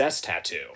tattoo